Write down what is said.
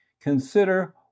Consider